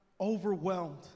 overwhelmed